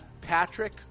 Patrick